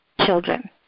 children